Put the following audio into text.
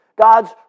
God's